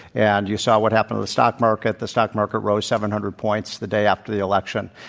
and you saw what happened to the stock market the stock market rose seven hundred points the day after the election.